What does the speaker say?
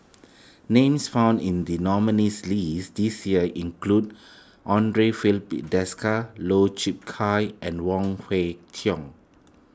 names found in the nominees' list this year include andre Filipe Desker Lau Chiap Khai and Wong Kwei Cheong